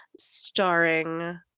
starring